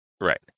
Right